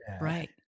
Right